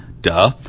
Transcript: Duh